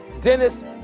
Dennis